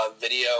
video